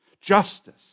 Justice